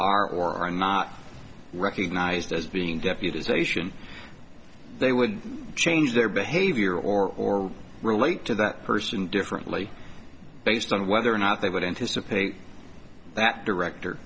are or are not recognized as being deputy ization they would change their behavior or relate to that person differently based on whether or not they would anticipate that director